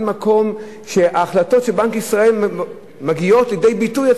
אין מקום שההחלטות של בנק ישראל מגיעות לידי ביטוי אצלנו.